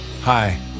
Hi